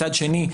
מצד שני,